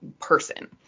person